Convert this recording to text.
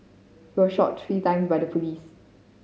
he was shot three time by the police